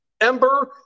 ember